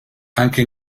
anche